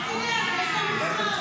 אל תדאג, יש לנו זמן.